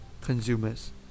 consumers